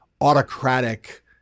autocratic